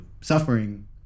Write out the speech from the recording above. suffering